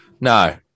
No